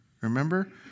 Remember